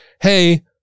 Hey